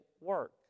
work